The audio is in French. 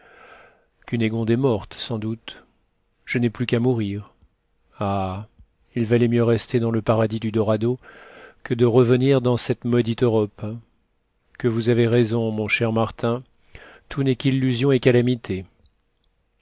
cunégonde est morte sans doute je n'ai plus qu'à mourir ah il valait mieux rester dans le paradis du dorado que de revenir dans cette maudite europe que vous avez raison mon cher martin tout n'est qu'illusion et calamité